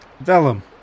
Vellum